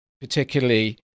particularly